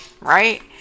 right